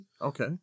okay